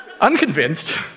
Unconvinced